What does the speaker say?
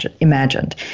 Imagined